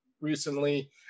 recently